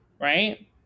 right